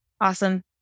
Awesome